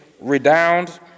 redound